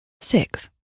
six